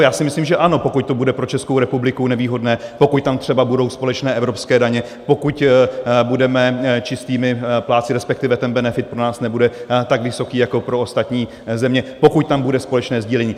Já si myslím, že ano, pokud to bude pro Českou republiku nevýhodné, pokud tam třeba budou společné evropské daně, pokud budeme čistými plátci, respektive ten benefit pro nás nebude tak vysoký jako pro ostatní země, pokud tam bude společné sdílení.